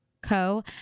co